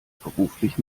beruflich